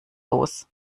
los